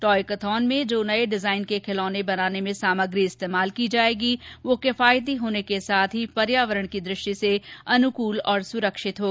toy कैथॉन में नए design के खिलौने बनाने में स्थानीय सामग्री का इस्तेमाल किया जाएगा जो किफायती होने के साथ ही पर्यावरण की दृष्टि से अनुकूल और सुरक्षित हों